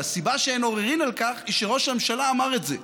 והסיבה לכך שאין עוררין על כך היא שראש הממשלה אמר את זה,